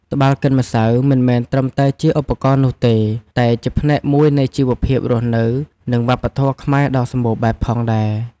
ត្បាល់កិនម្សៅមិនមែនត្រឹមតែជាឧបករណ៍នោះទេ តែជាផ្នែកមួយនៃជីវភាពរស់នៅ និងវប្បធម៌ខ្មែរដ៏សម្បូរបែបផងដែរ។